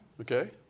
Okay